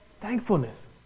thankfulness